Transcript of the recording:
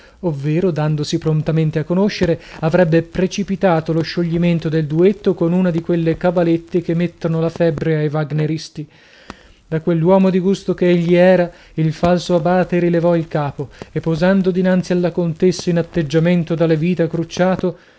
ovvero dandosi prontamente a conoscere avrebbe precipitato lo scioglimento del duetto con una di quelle cabalette che mettono la febbre ai vagneristi da quell'uomo di gusto che egli era il falso abate rilevò il capo e posando dinanzi alla contessa in atteggiamento da levita crucciato